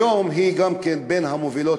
היום היא גם כן בין המובילות,